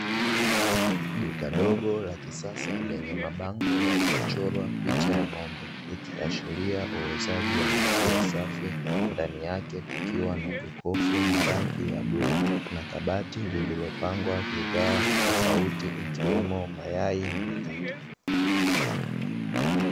Duka dogo la kisasa lenye mabango yaliyochorwa picha ya ng'ombe ikiashiria uuzaji wa maziwa safi, ndani yake kukiwa na jokofu la rangi ya bluu na kabati lililopangwa bidhaaa tofauti ikiwemo mayai na mikate.